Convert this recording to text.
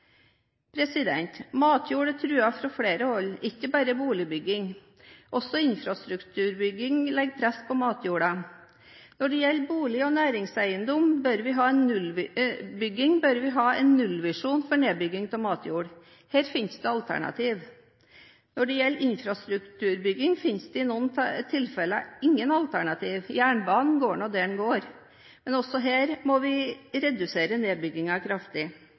Matjord er truet fra flere hold, ikke bare fra boligbygging. Også infrastrukturbygging legger press på matjorda. Når det gjelder bygging av bolig og næringseiendom, bør vi ha en nullvisjon for nedbygging av matjord. Her finnes det alternativer. Når det gjelder infrastrukturbygging, finnes det i noen tilfeller ingen alternativer – jernbanen går nå der den går. Men også her må vi redusere nedbyggingen kraftig.